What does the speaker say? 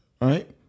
right